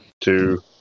two